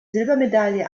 silbermedaille